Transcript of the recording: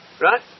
Right